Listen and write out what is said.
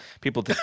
people